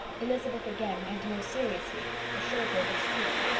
elizabeth again, and more seriously assured her of its truth.